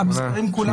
המספרים כולם פה.